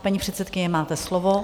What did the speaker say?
Paní předsedkyně, máte slovo.